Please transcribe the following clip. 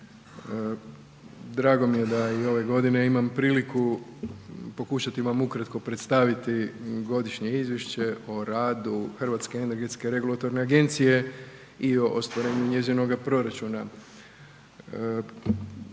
Drago mi je da i ove godine imam priliku pokušati vam ukratko predstaviti Godišnje izvješće o radu HERA-e i ostvarenju njezinoga proračuna.